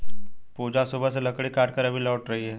पूजा सुबह से लकड़ी काटकर अभी लौट रही है